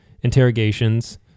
interrogations